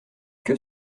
que